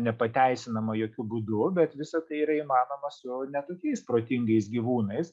nepateisinama jokiu būdų bet visa tai yra įmanoma su ne tokiais protingais gyvūnais